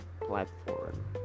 platform